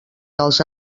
dels